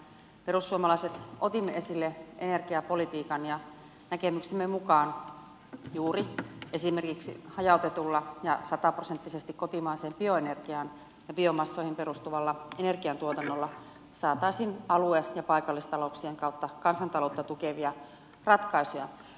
me perussuomalaiset otimme esille energiapolitiikan ja näkemyksemme mukaan juuri esimerkiksi hajautetulla ja sataprosenttisesti kotimaiseen bioenergiaan ja biomassoihin perustuvalla energiantuotannolla saataisiin alue ja paikallistalouksien kautta kansantaloutta tukevia ratkaisuja